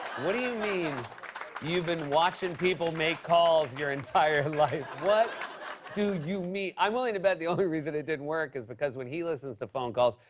what do you mean you've been watching people make calls your entire life? what do you mean? i'm willing to bet the only reason it didn't work is because when he listens to phone calls,